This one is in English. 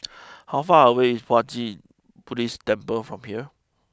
how far away is Puat Jit Buddhist Temple from here